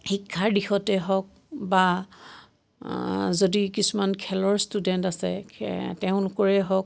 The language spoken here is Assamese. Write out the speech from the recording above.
শিক্ষাৰ দিশতে হওক বা যদি কিছুমান খেলৰ ষ্টুডেণ্ট আছে খে তেওঁলোকৰে হওক